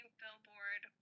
billboard